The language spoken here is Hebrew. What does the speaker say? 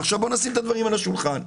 ובואו נשים את הדברים על השולחן.